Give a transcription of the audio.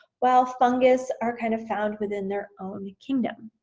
while fungus are kind of found within their own kingdom.